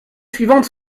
suivantes